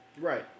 Right